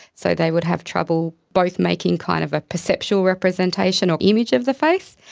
so they would have trouble both making kind of a perceptual representation or image of the face,